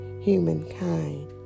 humankind